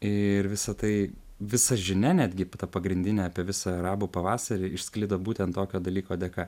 ir visa tai visa žinia netgi ta pagrindinė apie visą arabų pavasarį išsklido būtent tokio dalyko dėka